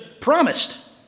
promised